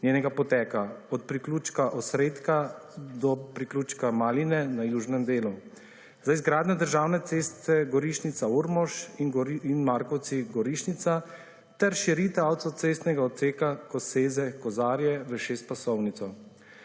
njenega poteka od priključka osredka do priključka Maline na južnem delu. Za izgradnjo državne ceste Gorišnica-Ormož in Markovci-Gorišnica ter širitev avtocestnega odseka Koseze-Kozarje v šestpasovnico.